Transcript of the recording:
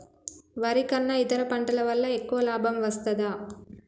వరి కన్నా ఇతర పంటల వల్ల ఎక్కువ లాభం వస్తదా?